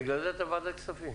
בגלל זה אתה בוועדת הכספים.